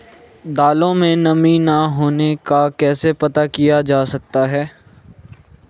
दालों में नमी न होने का कैसे पता किया जा सकता है?